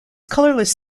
colorless